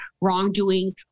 wrongdoings